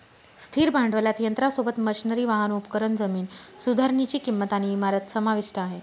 स्थिर भांडवलात यंत्रासोबत, मशनरी, वाहन, उपकरण, जमीन सुधारनीची किंमत आणि इमारत समाविष्ट आहे